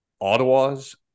Ottawa's